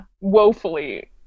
woefully